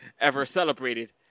ever-celebrated